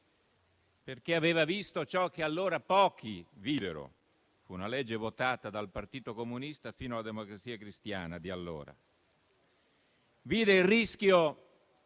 perché aveva visto ciò che allora pochi videro. Fu una legge votata dal Partito Comunista fino alla Democrazia Cristiana di allora. Vide il rischio